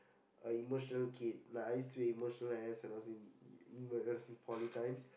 uh emotional kid like I used to be emotional as when I was in ever since poly times